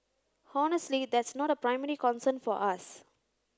honestly that's not a primary concern for us